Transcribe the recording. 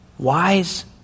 Wise